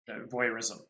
voyeurism